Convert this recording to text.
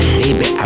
baby